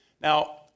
Now